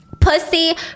Pussy